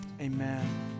amen